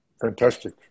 Fantastic